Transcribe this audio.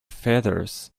feathers